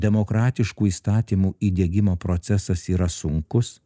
demokratiškų įstatymų įdiegimo procesas yra sunkus